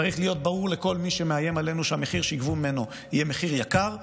צריך להיות ברור לכל מי שמאיים עלינו שהמחיר שיגבו ממנו יהיה מחיר יקר,